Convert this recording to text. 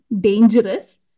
dangerous